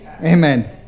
Amen